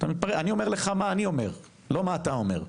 אני אומר מה שאני אומר, לא מה שאתה אומר.